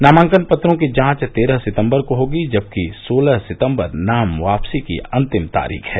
नामांकन पत्रों की जांच तेरह सितम्बर को होगी जबकि सोलह सितम्बर नाम वापसी की अंतिम तारीख है